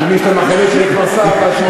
אני מבין שאתה מאחל לו שיהיה כבר שר בעצמו.